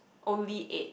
only eight